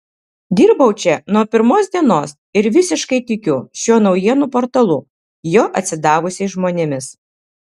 dirbau čia nuo pirmos dienos ir visiškai tikiu šiuo naujienų portalu jo atsidavusiais žmonėmis